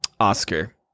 Oscar